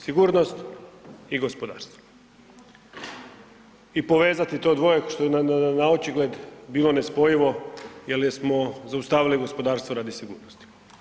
Sigurnost i gospodarstvo i povezati to dvoje što je naočigled bilo nespojivo jel jesmo zaustavili gospodarstvo radi sigurnosti.